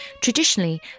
Traditionally